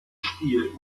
stil